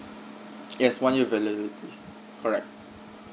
yes one year validity correct